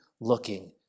looking